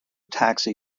taxi